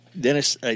Dennis